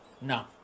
No